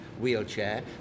wheelchair